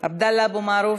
עבדאללה אבו מערוף,